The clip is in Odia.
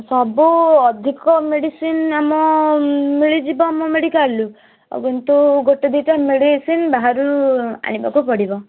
ସବୁ ଅଧିକ ମେଡ଼ିସିନ୍ ଆମ ମିଳିଯିବ ଆମ ମେଡ଼ିକାଲରୁ ଆଉ କିନ୍ତୁ ଗୋଟେ ଦୁଇଟା ମେଡ଼ିସିନ୍ ବାହାରୁ ଆଣିବାକୁ ପଡ଼ିବ